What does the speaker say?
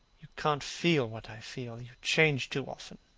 you can't feel what i feel. you change too often.